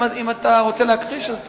אם אתה רוצה להכחיש אז תכחיש,